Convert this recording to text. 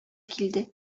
килде